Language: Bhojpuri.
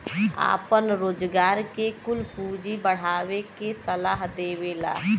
आपन रोजगार के कुल पूँजी बढ़ावे के सलाह देवला